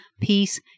peace